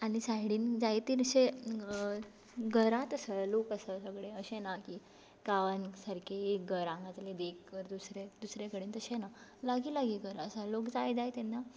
आनी सायडीन जायतीर अशे घरात आसा लोक आसा सगळे अशें ना की गांवान सारकी एक घर हांगा जाल्यार एक घर दुसरेंच दुसरे कडेन तशें ना लागीं लागीं घरां आसा लोक जाय जाय तेन्ना